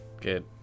Good